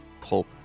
pulp